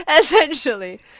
essentially